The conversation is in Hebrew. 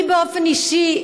אני באופן אישי,